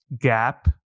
gap